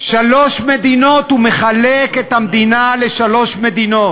שלוש מדינות, הוא מחלק את המדינה לשלוש מדינות: